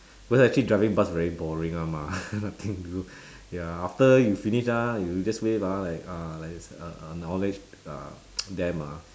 but then actually driving bus very boring [one] mah nothing do ya after you finish ah you just wave ah like ah likes a~ acknowledge them ah